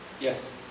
Yes